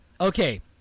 Okay